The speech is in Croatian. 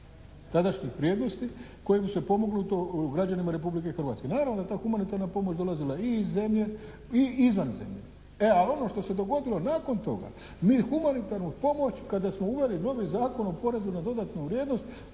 tadašnjih vrijednosti, kojim se pomoglo građanima Republike Hrvatske. Naravno da je ta humanitarna pomoć dolazila i iz zemlje i izvan zemlje. E ali ono što se dogodilo nakon toga, mi humanitarnu pomoć kada smo uveli u novi Zakon o porezu na dodanu vrijednost